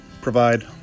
provide